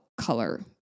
color